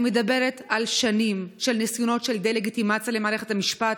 אני מדברת על שנים של ניסיונות של דה-לגיטימציה למערכת המשפט,